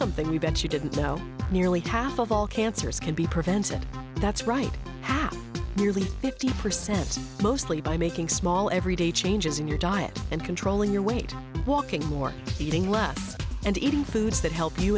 something we bet you didn't know nearly half of all cancers can be prevented that's right half nearly fifty percent mostly by making small everyday changes in your diet and controlling your weight walking more eating less and eating foods that help you